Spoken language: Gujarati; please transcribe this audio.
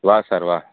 વાહ સર વાહ